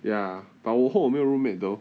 ya but 我 hope 我没有 roommate though